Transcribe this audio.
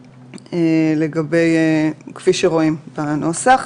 כפי שרואים בנוסח.